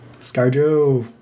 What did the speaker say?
Scarjo